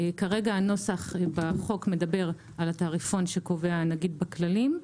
כרגע הנוסח בחוק מדבר על התעריפון שקובע הנגיד בכללים,